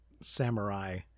samurai